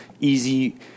easy